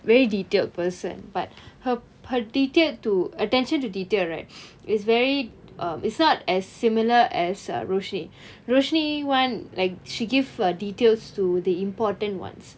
very detailed person but her her detailed to attention to detail right it's very uh it's not as similar as roshni roshni one like she give uh details to the important ones